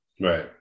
Right